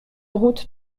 route